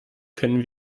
können